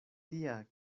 tia